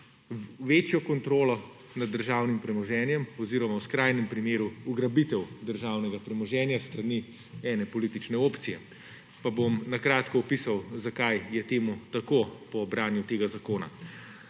večjo kontrolo nad državnim premoženjem oziroma v skrajnem primeru ugrabitev državnega premoženja s strani ene politične opcije. Pa bom kratko opisal, zakaj je to tako po branju tega zakona.